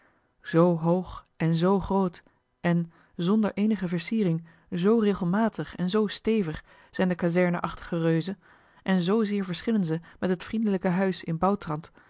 z hoog en zoo groot en zonder eenige versiering z regelmatig en zoo stevig zijn de kazerneachtige reuzen en zzeer verschillen ze met het vriendelijk huis in